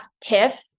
TIFF